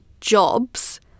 jobs